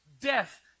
death